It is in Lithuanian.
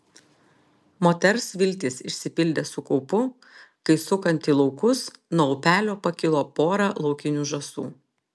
moters viltys išsipildė su kaupu kai sukant į laukus nuo upelio pakilo pora laukinių žąsų